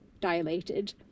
dilated